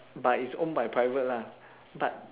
but is own by private lah but